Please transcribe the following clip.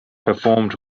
performed